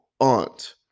aunt